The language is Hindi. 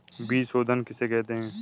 बीज शोधन किसे कहते हैं?